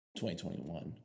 2021